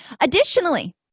Additionally